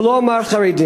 הוא לא אמר "חרדים".